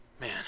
man